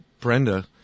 Brenda